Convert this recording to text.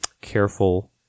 careful